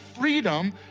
freedom